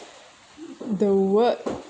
the work